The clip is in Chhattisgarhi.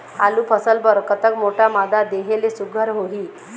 आलू फसल बर कतक मोटा मादा देहे ले सुघ्घर होही?